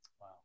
wow